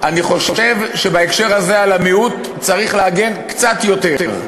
אני חושב שבהקשר הזה על המיעוט צריך להגן קצת יותר.